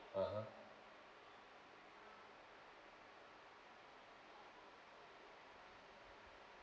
ah ha